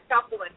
couple